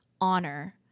honor